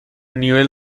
nivel